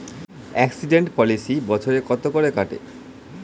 Accident policy বছরে কত করে কাটে?